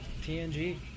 TNG